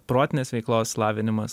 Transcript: protinės veiklos lavinimas